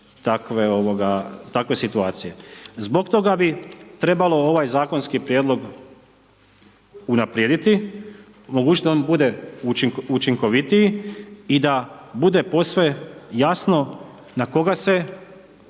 Zbog toga bi trebalo ovaj zakonski prijedlog unaprijediti, omogućiti da on bude učinkovitiji i da bude posve jasno na koga se odnosi